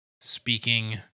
speaking